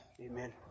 Amen